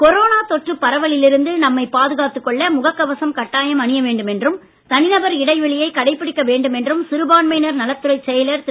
corona தொற்று பரவலில் இருந்து நம்மைப் பாதுகாத்துக் கொள்ள முகக் கவசம் கட்டாயம் அணிய வேண்டும் என்றும் தனி நபர் இடைவெளியைக் கடைப்பிடிக்க வேண்டும் என்றும் சிறுபான்மையினர் நலத்துறைச் செயலர் திரு